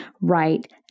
right